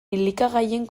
elikagaien